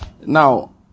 Now